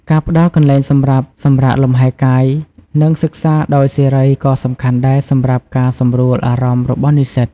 ការផ្តល់កន្លែងសម្រាប់សម្រាកលំហែកាយនិងសិក្សាដោយសេរីក៏សំខាន់ដែរសម្រាប់ការសម្រួលអារម្មណ៍របស់និស្សិត។